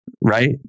Right